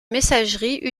messagerie